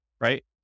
right